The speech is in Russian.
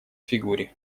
фигуре